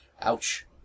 Ouch